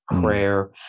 prayer